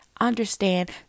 Understand